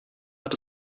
hat